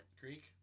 Greek